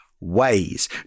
ways